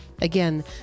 Again